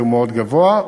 שהוא מאוד גבוה.